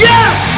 Yes